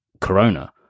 Corona